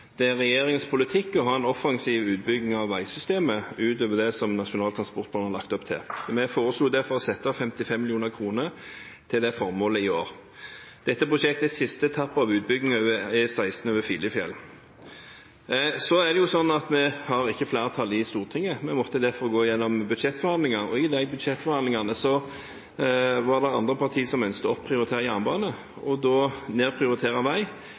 Det er regjeringens politikk å ha en offensiv utbygging av veisystemet utover det som Nasjonal transportplan har lagt opp til. Vi foreslo derfor å sette av 55 mill. kr til det formålet i år. Dette prosjektet er siste etappe av utbygging av E16 over Filefjell. Så er det sånn at vi har ikke flertall i Stortinget. Vi måtte derfor gå gjennom budsjettforhandlinger, og i de budsjettforhandlingene var det andre parti som ønsket å opprioritere jernbane og nedprioritere vei.